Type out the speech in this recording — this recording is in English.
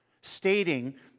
stating